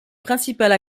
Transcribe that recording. principales